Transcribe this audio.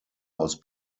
aus